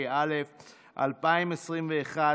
התשפ"א 2021, הצעת חוק פ/1022/24,